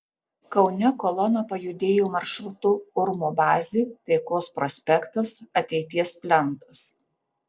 kaune kolona pajudėjo maršrutu urmo bazė taikos prospektas ateities plentas